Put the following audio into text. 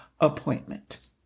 appointment